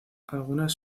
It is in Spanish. algunas